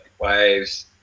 waves